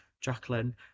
Jacqueline